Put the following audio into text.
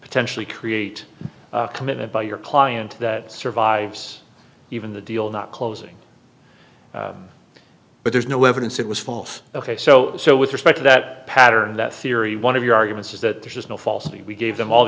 potentially create committed by your client that survives even the deal not closing but there's no evidence it was false ok so so with respect to that pattern that theory one of your arguments is that there's no falsity and we gave them all the